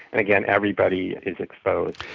and again, everybody is exposed.